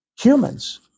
humans